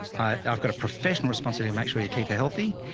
i've got a professional responsibility. make sure your teeth are healthy.